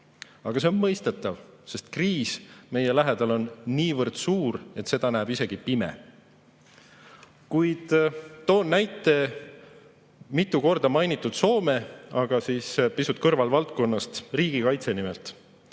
Aga see on mõistetav, sest kriis meie lähedal on niivõrd suur, et seda näeb isegi pime. Kuid toon näite, mitu korda mainitud Soome, aga kõrvalvaldkonnast, riigikaitsest nimelt.